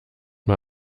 mal